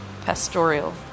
pastoral